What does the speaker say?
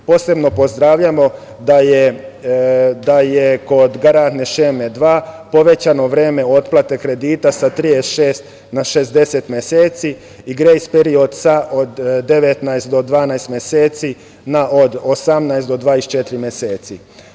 Posebno pozdravljamo da je kod garantne šeme dva povećano vreme otplate kredita sa 36 na 60 meseci i grejs period od 19 do 12 meseci na od 18 do 24 meseca.